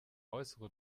äußere